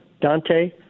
Dante